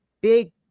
big